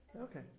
Okay